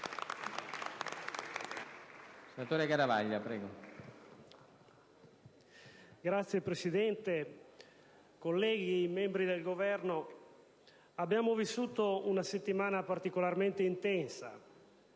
Signor Presidente, colleghi, membri del Governo, abbiamo vissuto una settimana particolarmente intensa,